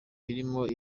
birimo